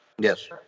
Yes